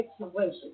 situation